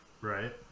Right